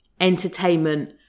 entertainment